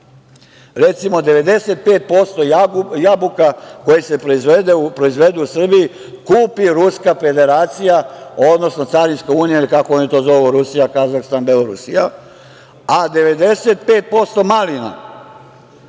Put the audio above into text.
Recimo, 95% jabuka koje se proizvedu u Srbiji kupi Ruska Federacija, odnosno carinska unija ili kako oni to zovu Rusija, Kazahstan, Belorusija, a 95% malina